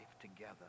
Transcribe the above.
together